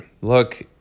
look